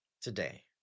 today